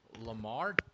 Lamar